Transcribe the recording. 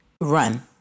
run